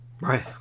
Right